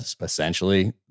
essentially